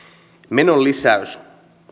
menon lisäys